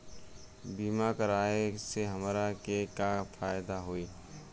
बीमा कराए से हमरा के का फायदा होई?